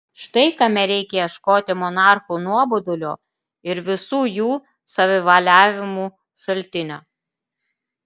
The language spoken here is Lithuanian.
štai kame reikia ieškoti monarchų nuobodulio ir visų jų savivaliavimų šaltinio